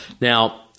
Now